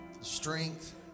strength